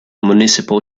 municipal